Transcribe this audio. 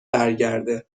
برگرده